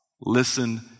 Listen